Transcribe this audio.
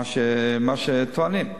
מה שטוענים.